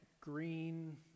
green